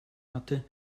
hatte